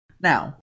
Now